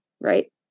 right